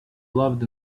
loved